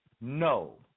No